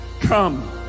Come